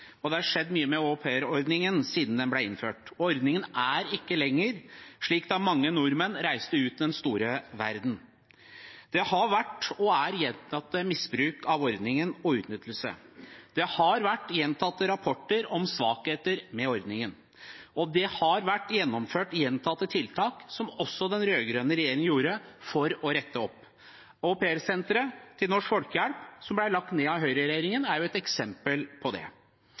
og det har skjedd mye med aupairordningen siden den ble innført. Ordningen er ikke lenger slik som da mange nordmenn reiste ut i den store verden. Det har vært og er gjentatte misbruk og utnyttelse av ordningen. Det har vært gjentatte rapporter om svakheter ved ordningen, og det har vært gjennomført gjentatte tiltak, også av den rød-grønne regjeringen, for å rette opp. Aupairsenteret til Norsk Folkehjelp, som ble lagt ned av Høyre-regjeringen, er et eksempel på det.